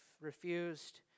refused